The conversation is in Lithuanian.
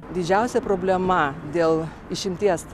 didžiausia problema dėl išimties